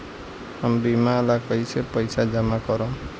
हम बीमा ला कईसे पईसा जमा करम?